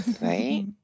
Right